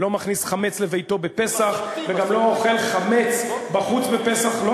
לא מכניס חמץ לביתו בפסח וגם לא אוכל חמץ בחוץ בפסח מסורתי.